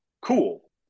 cool